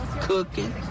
cooking